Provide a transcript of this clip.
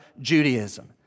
Judaism